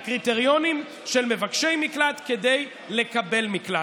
לקריטריונים של מבקשי מקלט כדי לקבל מקלט.